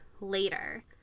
later